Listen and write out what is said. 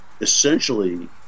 essentially